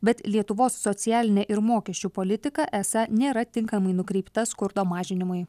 bet lietuvos socialinė ir mokesčių politika esą nėra tinkamai nukreipta skurdo mažinimui